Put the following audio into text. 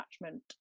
attachment